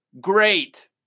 Great